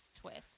twist